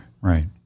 Right